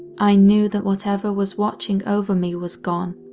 i knew that whatever was watching over me was gone.